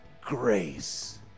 grace